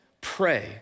pray